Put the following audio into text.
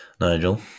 nigel